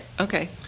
Okay